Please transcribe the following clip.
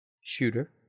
Shooter